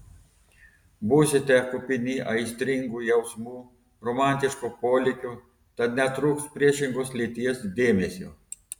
būsite kupini aistringų jausmų romantiško polėkio tad netrūks priešingos lyties dėmesio